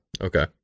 Okay